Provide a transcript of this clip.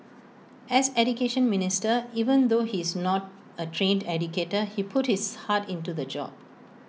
as Education Minister even though he's not A trained educator he put his heart into the job